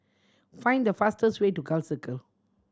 find the fastest way to Gul Circle